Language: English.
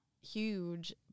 huge